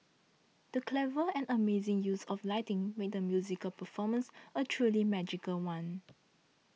the clever and amazing use of lighting made the musical performance a truly magical one